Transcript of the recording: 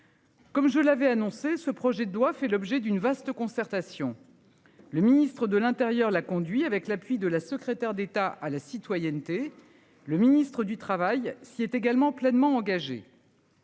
Comme je l'avais annoncé ce projet de loi fait l'objet d'une vaste concertation. Le ministre de l'Intérieur a conduit avec l'appui de la secrétaire d'État à la citoyenneté. Le ministre du Travail. S'il est également pleinement engagée.--